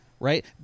Right